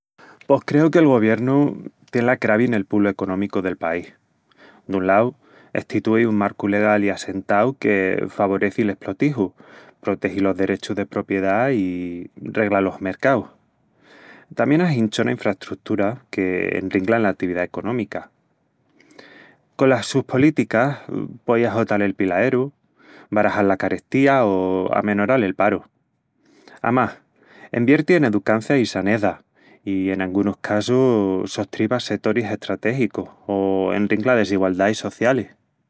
Pos creu que el goviernu tien la cravi nel pulu económicu del país. Dun lau, estitui un marcu legal i assentau que favoreci l'esplotiju, protegi los derechus de propiedá i regla los mercaus. Tamién ahinchona infrastruturas que enringlan l'atividá económica. Colas sus políticas, puei ahotal el pilaeru, barajal la carestía o amenoral el paru. Amás, envierti en educancia i saneza.. i en angunus casus, sostriba setoris estrategicus o enringla desigualdais socialis...